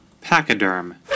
Pachyderm